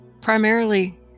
Primarily